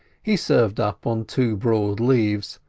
he served up on two broad leaves,